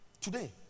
Today